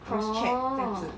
oh